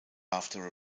after